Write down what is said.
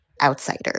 outsider